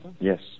Yes